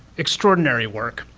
extraordinary work.